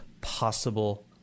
possible